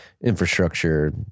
infrastructure